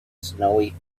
snowy